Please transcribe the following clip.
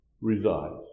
resides